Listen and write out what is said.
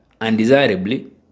undesirably